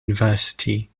university